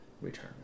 return